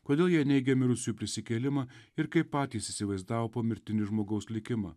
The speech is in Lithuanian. kodėl jie neigė mirusiųjų prisikėlimą ir kaip patys įsivaizdavo pomirtinį žmogaus likimą